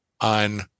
on